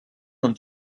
und